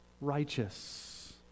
righteous